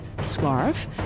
scarf